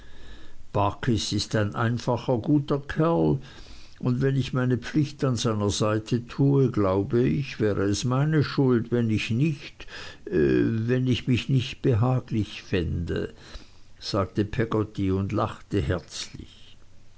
barkis ist ein einfacher guter kerl und wenn ich meine pflicht an seiner seite tue glaube ich wäre es meine schuld wenn ich nicht wenn ich mich nicht behaglich befände sagte peggotty und lachte herzlich